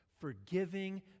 Forgiving